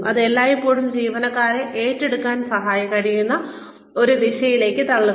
അത് എല്ലായ്പ്പോഴും ജീവനക്കാരനെ ഏറ്റെടുക്കാൻ കഴിയുന്ന ഒരു ദിശയിലേക്ക് തള്ളുന്നു